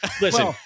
Listen